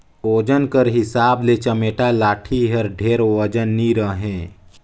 ओजन कर हिसाब ले चमेटा लाठी हर ढेर ओजन नी रहें